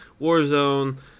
Warzone